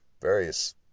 various